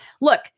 Look